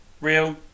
Real